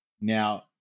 now